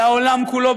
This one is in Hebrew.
אלא העולם כולו,